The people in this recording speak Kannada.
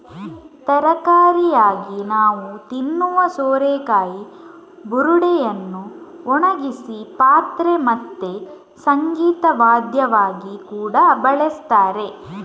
ತರಕಾರಿಯಾಗಿ ನಾವು ತಿನ್ನುವ ಸೋರೆಕಾಯಿ ಬುರುಡೆಯನ್ನ ಒಣಗಿಸಿ ಪಾತ್ರೆ ಮತ್ತೆ ಸಂಗೀತ ವಾದ್ಯವಾಗಿ ಕೂಡಾ ಬಳಸ್ತಾರೆ